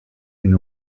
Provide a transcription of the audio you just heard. une